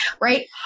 right